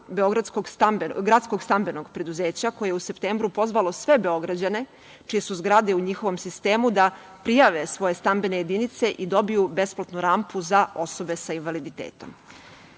Gradskog stambenog preduzeća koje je u septembru pozvalo sve Beograđane čije su zgrade u njihovom sistemu da prijave svoje stambene jedinice i dobiju besplatnu rampu za osobe sa invaliditetom.